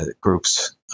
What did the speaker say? groups